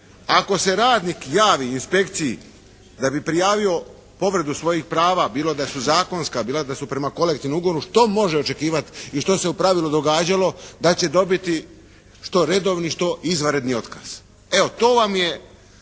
Ako se radnik javi inspekciji da bi prijavio povredu svojih prava bilo da su zakonska, bilo da su prema kolektivnom ugovoru, što može očekivati i što se u pravilu događalo da će dobiti što redovni što izvanredni otkaz. Evo to vam je